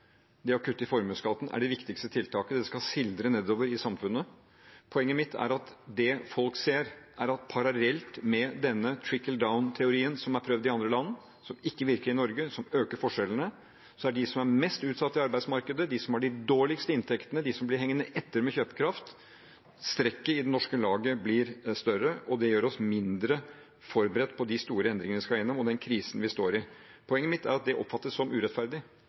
Det å kutte i formuesskatten er det viktigste tiltaket, det skal sildre nedover i samfunnet. Poenget mitt er at det folk ser, er at parallelt med denne «trickle down»-teorien, som er prøvd i andre land, som ikke virker i Norge, som øker forskjellene, er de som er mest utsatt i arbeidsmarkedet, de som har de dårligste inntektene, de som blir hengende etter med kjøpekraft. Strekket i det norske laget blir større, og det gjør oss mindre forberedt på de store endringene vi skal igjennom, og den krisen vi står i. Poenget mitt er at det oppfattes som urettferdig.